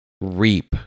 reap